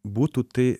būtų tai